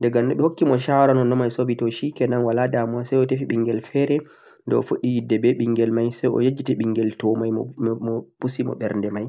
diga no ɓe hokki mo shawara nonnon may say o bi to 'shikenan' walaa damuwa say o tefi ɓingal feere, de o fuɗɗi yidde be binngel may say o yejjiti be ɓinngel to may, mo pusi mo ɓernde may.